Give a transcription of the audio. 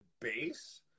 base